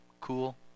cool